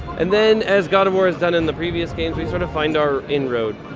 and then as god of war has done in the previous games, we sort of find our inroad,